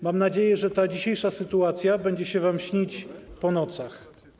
Mam nadzieję, że ta dzisiejsza sytuacja będzie się wam śnić po nocach.